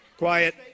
Quiet